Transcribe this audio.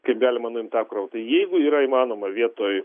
kaip galima nuimt apkrovą tai jeigu yra įmanoma vietoj